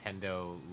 Nintendo